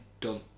done